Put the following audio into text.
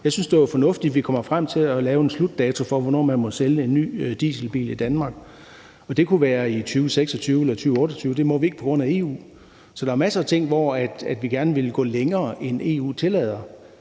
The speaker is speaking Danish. Jeg synes, at det ville være fornuftigt, at vi kom frem til at sætte en slutdato for, hvornår man må sælge en ny dieselbil i Danmark, og det kunne være i 2026 eller 2028. Det må vi ikke på grund af EU. Så der er masser af områder, hvor vi gerne vil gå længere, end EU tillader.